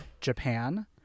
Japan